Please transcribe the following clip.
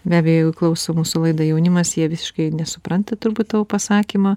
be abejo jeigu klauso mūsų laidą jaunimas jie visiškai nesupranta turbūt tavo pasakymą